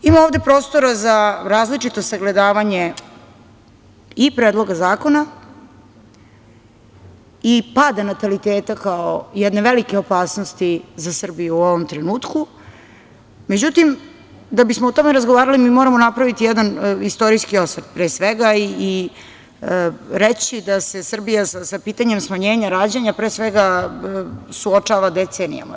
Ima ovde prostora za različito sagledavanje i Predloga zakona i pada nataliteta, kao jedne velike opasnosti za Srbiju u ovom trenutku, međutim, da bismo o tome razgovarali, mi moramo napraviti jedan istorijskih osvrt pre svega i reći da se Srbija sa pitanjem smanjenja rađanja pre svega suočava decenijama.